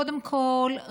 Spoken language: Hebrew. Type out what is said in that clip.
קודם כול,